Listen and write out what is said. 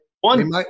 one